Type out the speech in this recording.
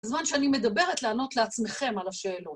זמן שאני מדברת לענות לעצמכם על השאלות.